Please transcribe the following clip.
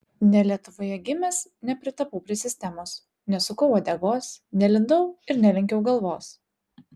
ne lietuvoje gimęs nepritapau prie sistemos nesukau uodegos nelindau ir nelenkiau galvos